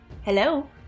Hello